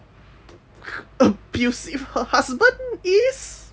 abusive her husband is